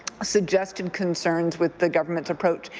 suggested concerns with the government's approach,